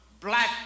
black